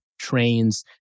trains